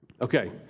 Okay